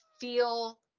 feel